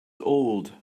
old